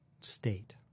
state